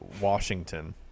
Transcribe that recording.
Washington